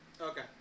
Okay